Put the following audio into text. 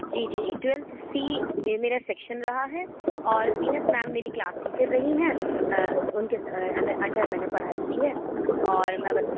جی جی جی twelfth C یہ میرا سیکشن رہا ہے اور زینت میم میری کلاس ٹیچر رہی ہیں ان کے انڈر انڈر میں نے پڑھائی کی ہے اور میں بس